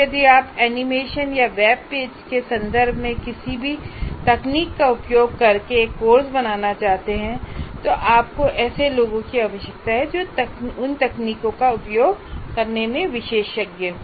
यदि आप एनिमेशन या वेब पेजों के संदर्भ में किसी भी तकनीक का उपयोग करके एक कोर्स बनाना चाहते हैं तो आपको ऐसे लोगों की आवश्यकता है जो उन तकनीकों का उपयोग करने में विशेषज्ञ हों